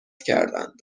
کردند